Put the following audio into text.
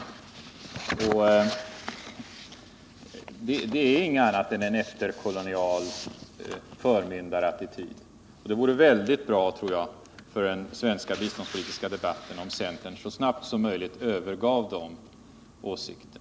Vad är det om inte en efterkolonial förmyndarattityd? Jag tror det vore väldigt bra för den svenska biståndspolitiska debatten om centern så snabbt som möjligt övergav dessa sina åsikter.